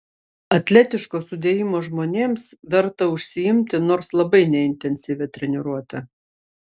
atletiško sudėjimo žmonėms verta užsiimti nors labai neintensyvia treniruote